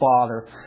father